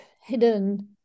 hidden